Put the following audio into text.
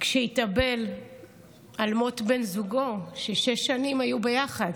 כשהתאבל על מות בן זוגו, ששש שנים היו ביחד.